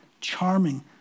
charming